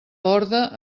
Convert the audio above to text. orde